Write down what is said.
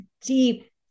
deep